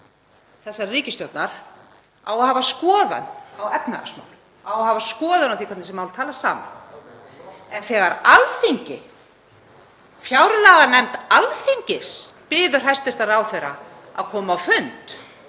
þessarar ríkisstjórnar á að hafa skoðun á efnahagsmálum og á að hafa skoðun á því hvernig þessi mál tala saman. En þegar Alþingi, fjárlaganefnd Alþingis, biður hæstv. ráðherra að koma á fund